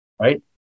right